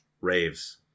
raves